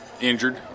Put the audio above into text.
injured